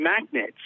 magnets